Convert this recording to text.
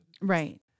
Right